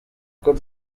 uko